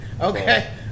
Okay